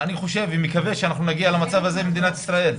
אני חושב ומקווה שנגיע למצב הזה במדינת ישראל.